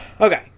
Okay